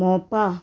Mopa